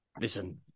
listen